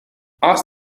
ask